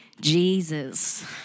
Jesus